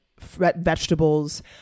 vegetables